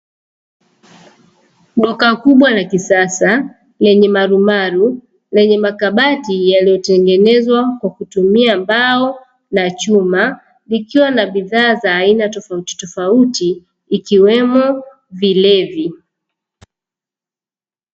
Duka kubwa la kisasa yenye marumaru lenye makabati yaliyotengenezwa kwa kutumia mbao na chuma likiwa na bidhaa za aina tofautitofauti ikiwemo vilevi.